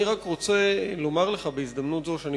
אני רק רוצה לומר לך בהזדמנות זו שאני